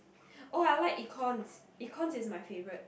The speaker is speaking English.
oh I like Econs Econs is my favourite